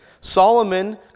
Solomon